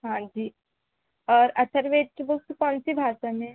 हाँ जी और अथर्व वेद के बुक्स कौन सी भाषा में है